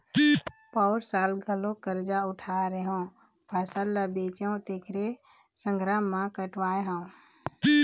पउर साल घलोक करजा उठाय रेहेंव, फसल ल बेचेंव तेखरे संघरा म कटवाय हँव